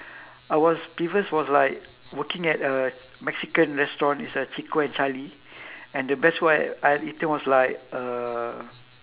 I was previous was like working at a mexican restaurant it's a chico and charlie and the best one I eaten was like uh